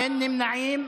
אין נמנעים.